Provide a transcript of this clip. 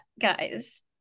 guys